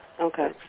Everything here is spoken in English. Okay